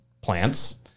plants